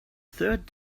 third